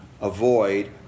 avoid